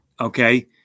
okay